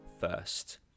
first